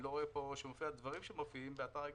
אני לא רואה דברים שמופיעים באתר הגיידסטאר,